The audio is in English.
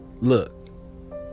Look